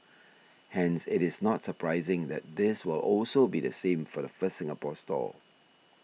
hence it is not surprising that this will also be the same for the first Singapore store